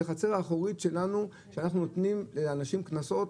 זאת החצר האחורית שלנו שאנחנו נותנים לאנשים קנסות,